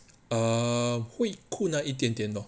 err 会困难一点点 lor